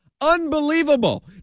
Unbelievable